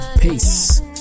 Peace